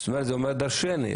זה אומר דרשני.